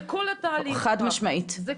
זה כל התהליך ככה.